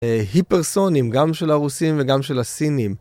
היפרסונים, גם של הרוסים וגם של הסינים.